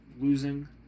losing